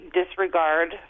disregard